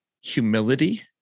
humility